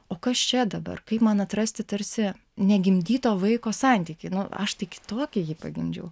o kas čia dabar kaip man atrasti tarsi negimdyto vaiko santykį nu aš tai kitokį jį pagimdžiau